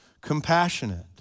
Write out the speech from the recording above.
compassionate